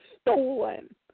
stolen